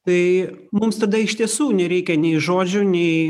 tai mums tada iš tiesų nereikia nei žodžių nei